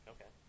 Okay